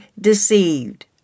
deceived